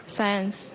Science